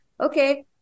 okay